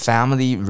Family